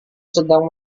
sedang